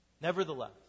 Nevertheless